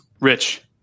Rich